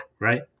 right